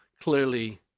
clearly